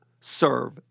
serve